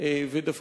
אדוני השר,